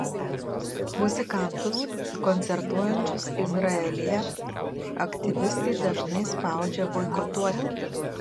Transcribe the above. muzikantus koncertuojančius izraelyje aktyvistai dažnai spaudžia boikotuoti